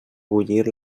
bullir